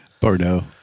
Bordeaux